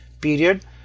period